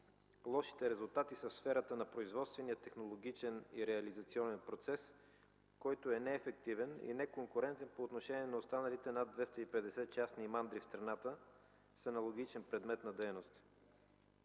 Лошите резултати са сферата на производствения, технологичен и реализационен процес, който е неефективен и неконкурентен по отношение на останалите над 250 частни мандри в страната с аналогичен предмет на дейност.